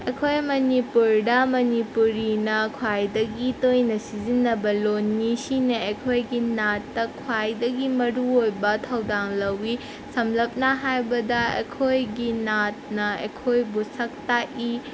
ꯑꯩꯈꯣꯏ ꯃꯅꯤꯄꯨꯔꯗ ꯃꯅꯤꯄꯨꯔꯤꯅ ꯈ꯭ꯋꯥꯏꯗꯒꯤ ꯇꯣꯏꯅ ꯁꯤꯖꯤꯟꯅꯕ ꯂꯣꯟꯅꯤ ꯁꯤꯅ ꯑꯩꯈꯣꯏꯒꯤ ꯅꯥꯠꯇ ꯈ꯭ꯋꯥꯏꯗꯒꯤ ꯃꯔꯨ ꯑꯣꯏꯕ ꯊꯧꯗꯥꯡ ꯂꯧꯋꯤ ꯁꯝꯂꯞꯅ ꯍꯥꯏꯕꯗ ꯑꯩꯈꯣꯏꯒꯤ ꯅꯥꯠꯅ ꯑꯩꯈꯣꯏꯕꯨ ꯁꯛ ꯇꯥꯛꯏ